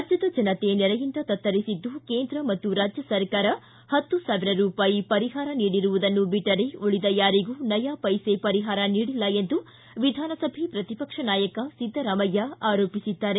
ರಾಜ್ದದ ಜನತೆ ನೆರೆಯಿಂದ ತತ್ತರಿಸಿದ್ದು ಕೇಂದ್ರ ಮತ್ತು ರಾಜ್ದ ಸರಕಾರ ಪತ್ತು ಸಾವಿರ ರೂಪಾಯಿ ಪರಿಪಾರ ನೀಡಿರುವುದನ್ನು ಬಿಟ್ಸರೆ ಉಳಿದ ಯಾರಿಗೂ ನಯಾ ಪ್ರೆಸೆ ಪರಿಹಾರ ನೀಡಿಲ್ಲ ಎಂದು ವಿಧಾನಸಭೆ ಪ್ರತಿಪಕ್ಷ ನಾಯಕ ಸಿದ್ದರಾಮಯ್ಯ ಆರೋಪಿಸಿದ್ದಾರೆ